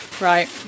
right